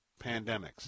pandemics